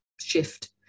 shift